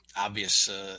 obvious